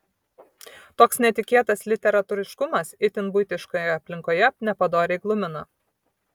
toks netikėtas literatūriškumas itin buitiškoje aplinkoje nepadoriai glumina